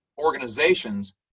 organizations